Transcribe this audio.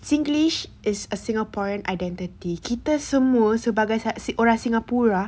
singlish is a singaporean identity kita semua sebagai orang singapura